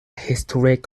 historic